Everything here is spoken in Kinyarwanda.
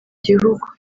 gihugu